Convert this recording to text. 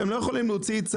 אתם לא יכולים להוציא צו?